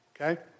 okay